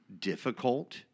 difficult